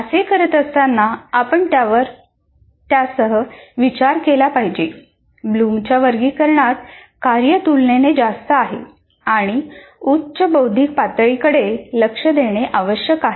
असे करत असताना आपण त्यासह विचार केला पाहिजे ब्लूमच्या वर्गीकरणात कार्य तुलनेने जास्त आहे आणि उच्च बौद्धिक पातळीकडे लक्ष देणे आवश्यक आहे